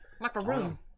Macaroon